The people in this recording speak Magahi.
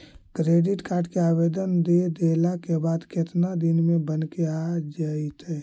क्रेडिट कार्ड के आवेदन दे देला के बाद केतना दिन में बनके आ जइतै?